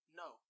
no